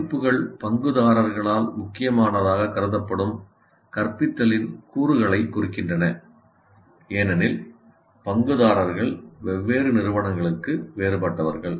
மதிப்புகள் பங்குதாரர்களால் முக்கியமானதாகக் கருதப்படும் கற்பித்தலின் கூறுகளைக் குறிக்கின்றன ஏனெனில் பங்குதாரர்கள் வெவ்வேறு நிறுவனங்களுக்கு வேறுபட்டவர்கள்